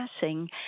passing